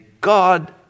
God